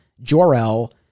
Jor-El